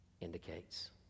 indicates